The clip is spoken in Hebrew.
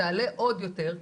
תעלה עוד יותר,